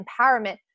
empowerment